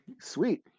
Sweet